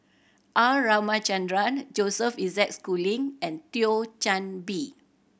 R Ramachandran Joseph Isaac Schooling and Thio Chan Bee